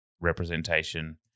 representation